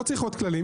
לא צריך עוד כללים.